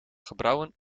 gebrouwen